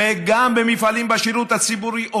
וגם במפעלים בשירות הציבורי,